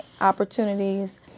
opportunities